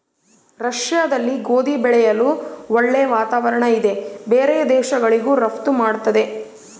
ರಷ್ಯಾದಲ್ಲಿ ಗೋಧಿ ಬೆಳೆಯಲು ಒಳ್ಳೆ ವಾತಾವರಣ ಇದೆ ಬೇರೆ ದೇಶಗಳಿಗೂ ರಫ್ತು ಮಾಡ್ತದೆ